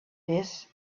this